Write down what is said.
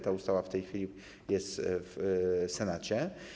Ta ustawa w tej chwili jest w Senacie.